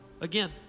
Again